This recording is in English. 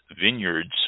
Vineyards